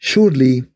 Surely